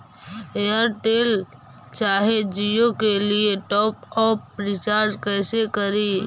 Airtel चाहे जियो के लिए टॉप अप रिचार्ज़ कैसे करी?